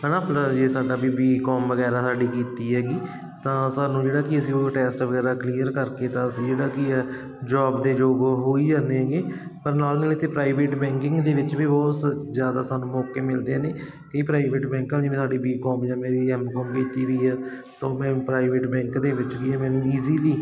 ਹੈ ਨਾ ਵੀ ਜੇ ਸਾਡਾ ਬੀ ਬੀਕੋਮ ਵਗੈਰਾ ਸਾਡੀ ਕੀਤੀ ਹੈਗੀ ਤਾਂ ਸਾਨੂੰ ਜਿਹੜਾ ਕਿ ਅਸੀਂ ਉਹ ਟੈਸਟ ਵਗੈਰਾ ਕਲੀਅਰ ਕਰਕੇ ਤਾਂ ਅਸੀਂ ਜਿਹੜਾ ਕੀ ਆ ਜੋਬ ਦੇ ਯੋਗ ਹੋਈ ਜਾਂਦੇ ਆਗੇ ਪਰ ਨਾਲ ਦੀ ਨਾਲ ਇਥੇ ਪ੍ਰਾਈਵੇਟ ਬੈਂਕਿੰਗ ਦੇ ਵਿੱਚ ਵੀ ਬਹੁਤ ਜਿਆਦਾ ਸਾਨੂੰ ਮੌਕੇ ਮਿਲਦੇ ਨੇ ਕਈ ਪ੍ਰਾਈਵੇਟ ਬੈਂਕਾਂ ਜਿਵੇਂ ਸਾਡੀ ਬੀਕੌਮ ਜਾ ਮੇਰੀ ਐਮਕੌਮ ਕੀਤੀ ਵੀ ਆ ਤਾਂ ਉਹ ਫਿਰ ਪ੍ਰਾਈਵੇਟ ਬੈਂਕ ਦੇ ਵਿੱਚ ਕੀ ਆ ਮੈਨੂੰ ਈਜ਼ੀਲੀ